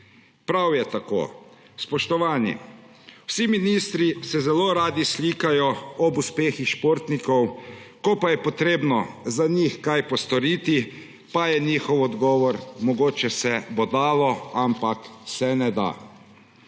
Prav je tako. Spoštovani, vsi ministri se zelo radi slikajo ob uspehih športnikov, ko pa je treba za njih kaj postoriti, pa je njihov odgovor – mogoče se bo dalo, ampak se ne da.